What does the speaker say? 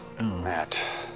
Matt